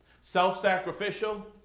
Self-sacrificial